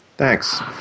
Thanks